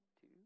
two